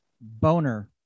Boner